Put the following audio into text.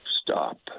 stop